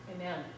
Amen